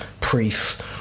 priests